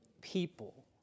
people